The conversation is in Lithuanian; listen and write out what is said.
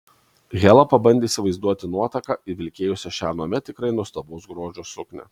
hela pabandė įsivaizduoti nuotaką vilkėjusią šią anuomet tikrai nuostabaus grožio suknią